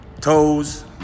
toes